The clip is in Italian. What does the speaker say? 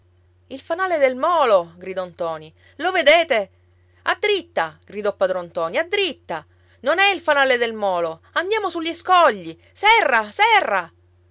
il fanale del molo gridò ntoni lo vedete a dritta gridò padron ntoni a dritta non è il fanale del molo andiamo sugli scogli serra serra